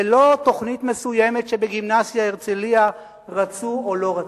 ולא תוכנית מסוימת שבגימנסיה "הרצליה" רצו או לא רצו.